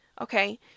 Okay